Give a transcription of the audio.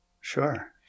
sure